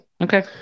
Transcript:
Okay